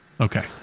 Okay